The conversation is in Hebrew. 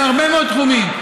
בהרבה מאוד תחומים.